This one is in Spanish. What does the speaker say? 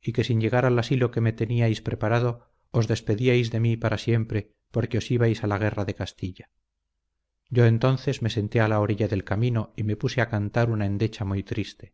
y que sin llegar al asilo que me teníais preparado os despedíais de mí para siempre porque os íbais a la guerra de castilla yo entonces me senté a la orilla del camino y me puse a cantar una endecha muy triste